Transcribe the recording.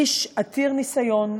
איש עתיר ניסיון,